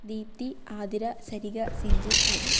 Deepthi Athira Sariga Sinchu Arya